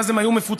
אז הם היו מפוצלים,